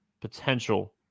potential